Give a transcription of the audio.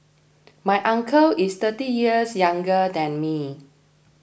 my uncle is thirty years younger than me